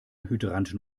hydranten